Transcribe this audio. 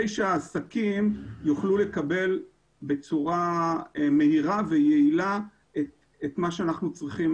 שהעסקים יוכלו לקבל בצורה מהירה ויעילה את מה שאנחנו צריכים